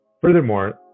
Furthermore